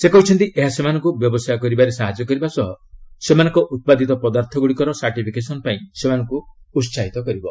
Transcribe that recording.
ସେ କହିଛନ୍ତି ଏହା ସେମାନଙ୍କୁ ବ୍ୟବସାୟ କରିବାରେ ସାହାଯ୍ୟ କରିବା ସହ ସେମାନଙ୍କ ଉତ୍ପାଦିତ ପଦାର୍ଥଗୁଡ଼ିକର ସାର୍ଟିଫିକେସନ୍ ପାଇଁ ସେମାନଙ୍କୁ ଉତ୍ସାହିତ କରିବ